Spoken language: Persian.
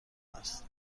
است